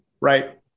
Right